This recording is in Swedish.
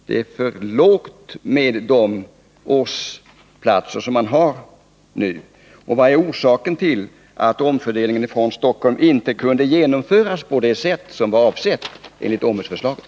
Det antal årsplatser man nu har är för lågt. Vad är orsaken till att omfördelningen från Stockholm inte har kunnat genomföras på det sätt som avsågs i OMUS förslaget?